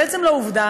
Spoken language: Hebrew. בעצם לעובדה